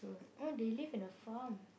oh they live in the farm